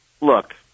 Look